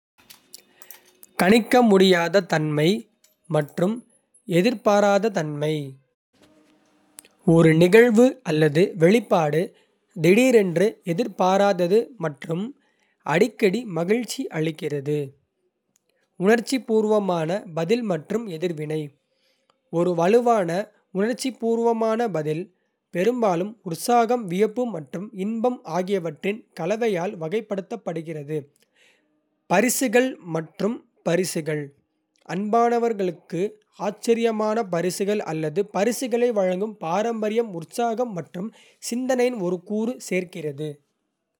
கணிக்க முடியாத தன்மை மற்றும் எதிர்பாராத தன்மை: ஒரு நிகழ்வு அல்லது வெளிப்பாடு திடீரென்று, எதிர்பாராதது மற்றும் அடிக்கடி மகிழ்ச்சி அளிக்கிறது. உணர்ச்சிபூர்வமான பதில் மற்றும் எதிர்வினை ஒரு வலுவான உணர்ச்சிபூர்வமான பதில், பெரும்பாலும் உற்சாகம், வியப்பு மற்றும் இன்பம் ஆகியவற்றின் கலவையால் வகைப்படுத்தப்படுகிறது. பரிசுகள் மற்றும் பரிசுகள்: அன்பானவர்களுக்கு ஆச்சரியமான பரிசுகள் அல்லது பரிசுகளை வழங்கும் பாரம்பரியம், உற்சாகம் மற்றும் சிந்தனையின் ஒரு கூறு சேர்க்கிறது.